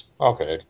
Okay